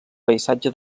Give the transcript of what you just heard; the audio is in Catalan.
paisatge